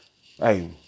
Hey